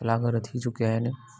कलाकार थी चुकिया आहिनि